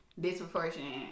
disproportionate